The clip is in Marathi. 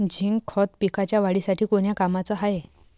झिंक खत पिकाच्या वाढीसाठी कोन्या कामाचं हाये?